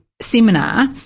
seminar